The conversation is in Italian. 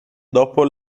dopo